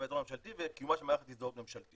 באזור הממשלתי וקיומה של מערכת הזדהות ממשלתית,